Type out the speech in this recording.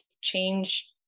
change